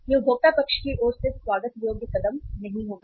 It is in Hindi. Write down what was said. यह उपभोक्ता पक्ष की ओर से स्वागत योग्य कदम नहीं होगा